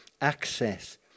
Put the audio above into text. access